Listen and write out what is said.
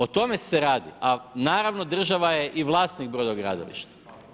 O tome se radi, a naravno i država je i vlasnik brodogradilišta.